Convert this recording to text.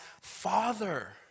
father